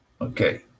Okay